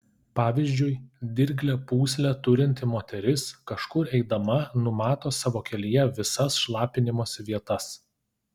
pavyzdžiui dirglią pūslę turinti moteris kažkur eidama numato savo kelyje visas šlapinimosi vietas